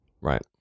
right